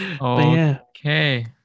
okay